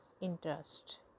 interest